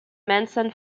manson